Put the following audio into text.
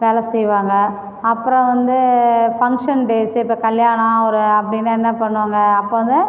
வேலை செய்வாங்க அப்புறம் வந்து ஃபங்க்ஷன் டேஸு இப்போ கல்யாணம் ஒரு அப்படினு என்ன பண்ணுவாங்கள் அப்போ வந்து